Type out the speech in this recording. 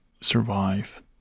survive